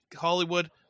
hollywood